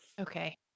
Okay